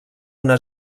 una